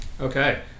Okay